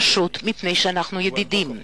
פשוט מפני שאנחנו ידידים.